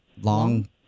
long